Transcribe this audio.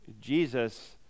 Jesus